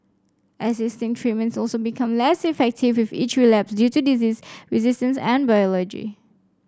existing treatments also become less effective with each relapse due to disease resistance and biology